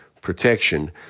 protection